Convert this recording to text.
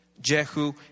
Jehu